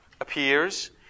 appears